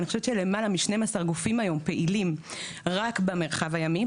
אני חושבת שלמעלה מ-12 גופים היום פעילים רק במרחב הימי,